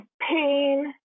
pain